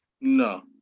No